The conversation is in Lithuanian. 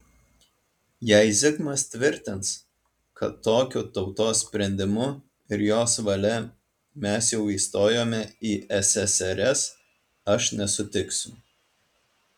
jei zigmas tvirtins kad tokiu tautos sprendimu ir jos valia mes jau įstojome į ssrs aš nesutiksiu